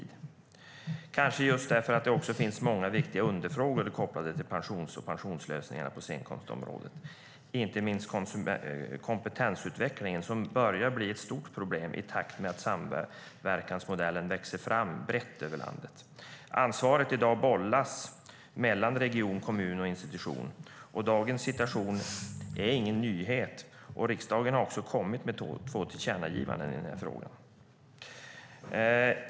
Det kanske beror på att det också finns många viktiga underfrågor kopplade till pensioner och pensionslösningar på scenkonstområdet. Det gäller inte minst kompetensutvecklingen, som börjar bli ett stort problem i takt med att samverkansmodellen växer fram brett över landet. I dag bollas ansvaret mellan region, kommun och institution. Dagens situation är ingen nyhet. Riksdagen har också kommit med två tillkännagivanden i den här frågan.